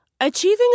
Achieving